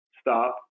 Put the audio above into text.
stop